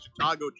Chicago